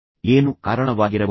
ಏನು ಕಾರಣವಾಗಿರಬಹುದು